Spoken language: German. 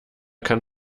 kann